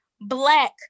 black